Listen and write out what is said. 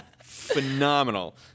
phenomenal